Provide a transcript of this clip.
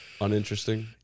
Uninteresting